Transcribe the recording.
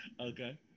Okay